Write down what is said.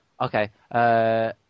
Okay